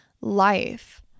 life